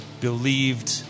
believed